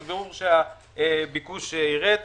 ברור שהביקוש יירד.